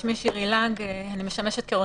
אני עוד לא בסיכום.